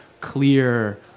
clear